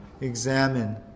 examine